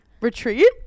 retreat